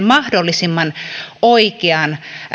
mahdollisimman oikean